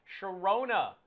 Sharona